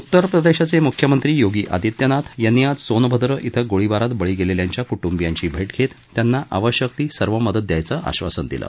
उत्तर प्रदेशाचे मुख्यमंत्री योगी आदित्यनाथ यांनी आज सोनभद्र श्वें गोळीबारात बळी गेलेल्यांच्या कुटीियांची भेव्वियांची भेव्वियांची आवश्यक ती सर्व मदत द्यायचं आश्वासन दिलं